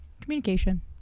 Communication